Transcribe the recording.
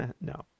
no